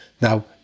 Now